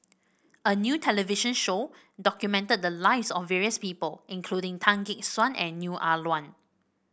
a new television show documented the lives of various people including Tan Gek Suan and Neo Ah Luan